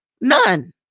none